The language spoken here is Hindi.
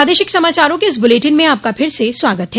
प्रादेशिक समाचारों के इस बुलेटिन में आपका फिर से स्वागत है